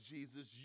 Jesus